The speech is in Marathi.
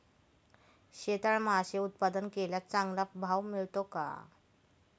शेततळ्यात मासे उत्पादन केल्यास चांगला भाव मिळतो का?